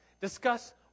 Discuss